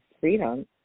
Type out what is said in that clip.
freedom